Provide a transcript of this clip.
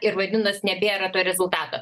ir vadinas nebėra to rezultato